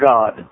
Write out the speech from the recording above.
God